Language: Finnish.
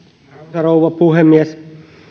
rouva puhemies